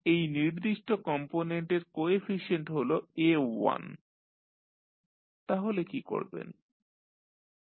এই নির্দিষ্ট কম্পোনেন্টের কোএফিশিয়েন্ট হল a1 তাহলে কি করবেন